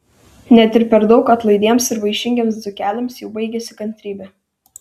net ir per daug atlaidiems ir vaišingiems dzūkeliams jau baigiasi kantrybė